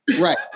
Right